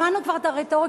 שמענו כבר את הרטוריקה.